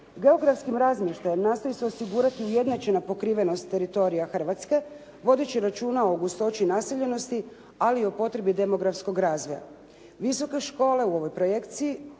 Geografskim razmještajem nastoji se osigurati ujednačena pokrivenost teritorija Hrvatske, vodeći računa o gustoći naseljenosti, ali i o potrebi demografskog razvoja. Visoke škole u ovoj projekciji